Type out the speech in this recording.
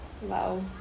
Wow